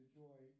joy